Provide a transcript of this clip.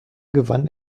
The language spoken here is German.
gewann